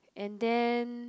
and then